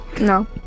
No